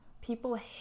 People